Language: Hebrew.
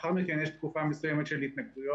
לאחר מכן יש תקופה מסוימת של התנגדויות.